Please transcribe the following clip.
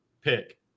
pick